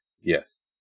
Yes